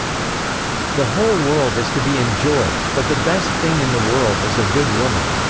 the whole world is to be enjoyed, but the best thing in the world is a good woman.